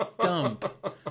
dump